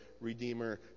Redeemer